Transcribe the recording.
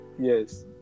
Yes